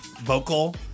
vocal